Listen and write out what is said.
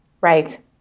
Right